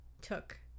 took